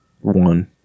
One